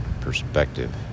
perspective